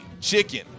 chicken